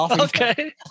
Okay